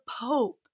Pope